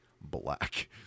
black